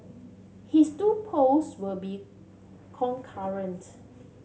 his two posts will be concurrent